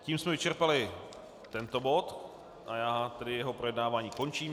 Tím jsme vyčerpali tento bod a já jeho projednávání končím.